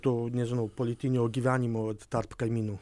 to nežinau politinio gyvenimo tarp kaimynų